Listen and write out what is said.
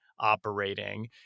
Operating